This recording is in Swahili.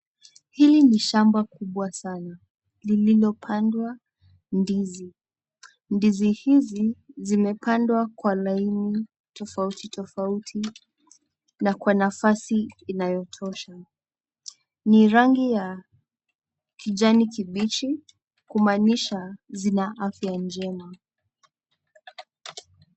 Hili ni shama kubwa sana lililopandwa ndizi, ndizi hizi zimepandwa kwa laini tafauti tafauti na kwa nafasi inayotosha ni ya rangi ya kijani kibichi kumanisha zina afya njema.